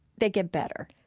they get better?